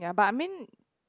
ya but I mean